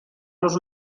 los